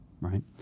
right